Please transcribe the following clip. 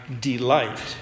delight